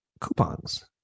coupons